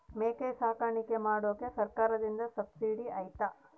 ಮೇಕೆ ಸಾಕಾಣಿಕೆ ಮಾಡಾಕ ಸರ್ಕಾರದಿಂದ ಸಬ್ಸಿಡಿ ಐತಾ?